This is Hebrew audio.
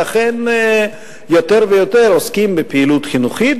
ואכן יותר ויותר עוסקים בפעילות חינוכית,